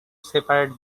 separate